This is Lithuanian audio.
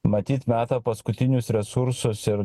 matyt meta paskutinius resursus ir